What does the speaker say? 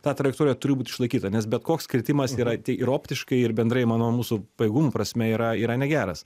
ta trajektorija turi būt išlaikyta nes bet koks kritimas yra ti ir optiškai ir bendrai manau mūsų pajėgumų prasme yra yra negeras